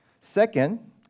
Second